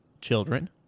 children